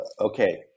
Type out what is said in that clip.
Okay